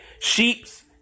Sheeps